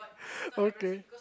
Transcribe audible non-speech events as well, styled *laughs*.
*laughs* okay